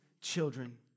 children